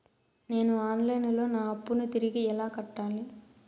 నేను online లో నా అప్పును తిరిగి ఎలా కట్టాలి?